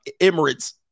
Emirates